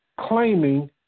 claiming